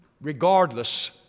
regardless